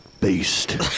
beast